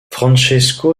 francesco